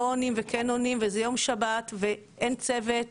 לא עונים וכן עונים וזה יום שבת ואין צוות.